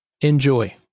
Enjoy